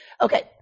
Okay